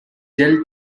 dealt